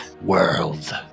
world